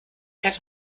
hätte